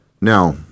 Now